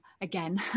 again